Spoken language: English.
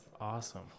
awesome